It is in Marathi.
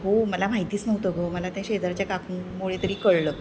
हो मला माहितीच नव्हतं गं मला त्या शेजारच्या काकूंमुळे तरी कळलं